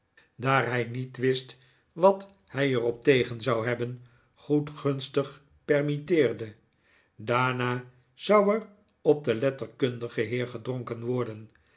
daar hij niet wist wat hi er op tegen zou hebben goedgunstig permitteerde daarna zou er op den letterkundigen heer gedronken worden